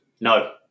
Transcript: No